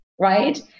right